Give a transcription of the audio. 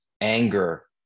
anger